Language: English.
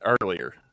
earlier